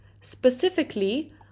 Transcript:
Specifically